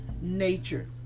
nature